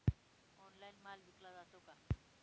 Online माल विकला जातो का?